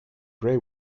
gray